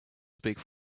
speak